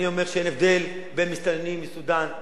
אני אומר שאין הבדל בין מסתננים מסודן,